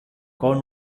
con